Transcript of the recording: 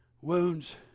wounds